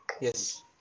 Yes